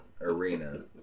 arena